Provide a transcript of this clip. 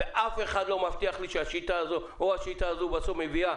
ואף אחד לא מבטיח לי שהשיטה או השיטה הזו בסוף מביאה